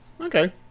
okay